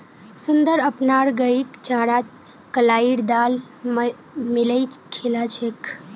सुंदर अपनार गईक चारात कलाईर दाल मिलइ खिला छेक